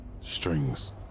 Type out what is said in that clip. strings